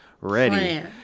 ready